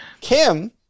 Kim